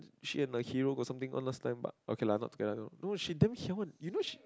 she and the hero got something on last time but okay lah not together no she damn hiao one you know she